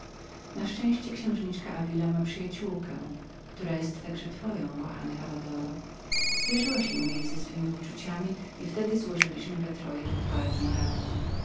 na szczęście księżniczka davila miała przyjaciołkę która jest także twoją kochany avadoro zwierzyła się jej ze swemi uczuciami i wtedy złożyliśmy we troje walną radę